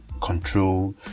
control